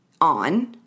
on